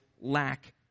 lack